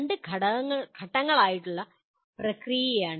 രണ്ട് ഘട്ടങ്ങളായുള്ള പ്രക്രിയയാണ്